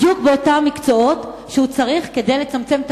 בדיוק באותם מקצועות שהם צריכים כדי לצמצם את